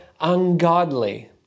ungodly